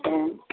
हूँ